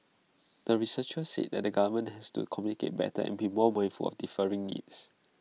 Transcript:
the researchers said that the government has to communicate better and be more wailful of differing needs